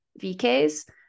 VKs